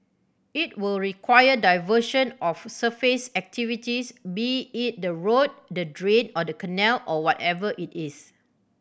it will require diversion of surface activities be it the road the drain or the canal or whatever it is